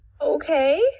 Okay